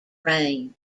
range